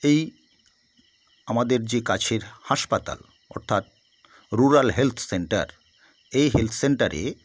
এই আমাদের যে কাছের হাসপাতাল অর্থাৎ রুরাল হেলথ সেন্টার এই হেলথ সেন্টারে